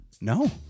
No